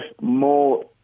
more